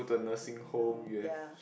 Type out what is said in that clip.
no ya